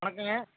வணக்கங்க